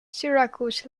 syracuse